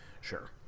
sure